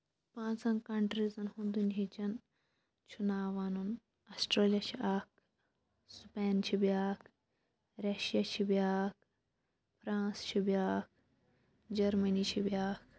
پانژھن کَنٹریٖزَن ہُند دُنہی چٮ۪ن چھُ ناو وَنُن آسٹریلیا چھُ اکھ سُپین چھُ بیاکھ رٔشیا چھُ بیاکھ فرانس چھُ بیاکھ جرمٔنی چھُ بیاکھ